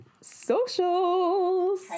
socials